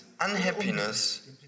unhappiness